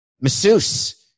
masseuse